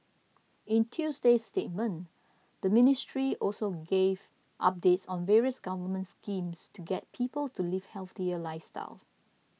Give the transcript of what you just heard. in Tuesday's statement the ministry also gave updates on various government schemes to get people to live healthier lifestyles